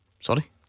Sorry